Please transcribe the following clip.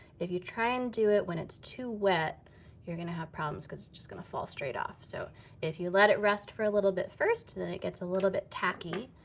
if you try and do it when it's too wet you're gonna have problems, because it's just gonna fall straight off. so if you let it rest for a little bit first, then it gets a little bit tacky,